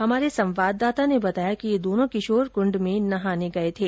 हमारे संवाददाता ने बताया कि ये दोनो किशोर कृण्ड में नहाने आये थे